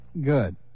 Good